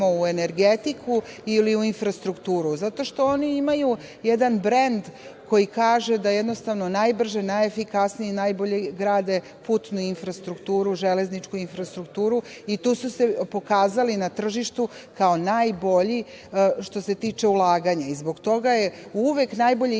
u energetiku ili u infrastrukturu, zato što oni imaju jedan brend koji kaže da jednostavno najbrže, najefikasnije i najbolje grade putnu infrastrukturu, železničku infrastrukturu i tu su se pokazali na tržištu kao najbolji što se tiče ulaganja. Zbog toga je uvek najbolje